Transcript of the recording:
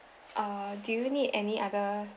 uh do you need any other